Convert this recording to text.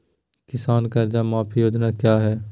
किसान कर्ज माफी योजना क्या है?